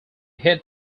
head